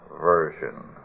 version